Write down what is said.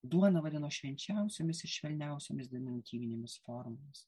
duoną vadino švenčiausiomis ir švelniausiomis deminutyvinėmis formomis